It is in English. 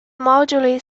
moduli